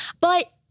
But-